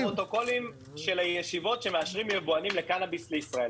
פרוטוקולים של ישיבות שבהן מאשרים יבואנים של קנאביס לישראל,